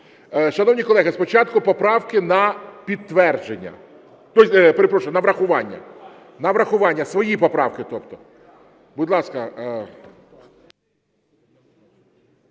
Шановні колеги, спочатку поправки на підтвердження. Перепрошую, на врахування. На врахування. Свої поправки тобто. Будь ласка.